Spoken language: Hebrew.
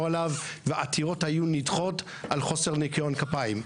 עליו ועתירות היו נדחות על חוסר ניקיון כפיים.